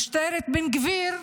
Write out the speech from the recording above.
משטרת בן גביר,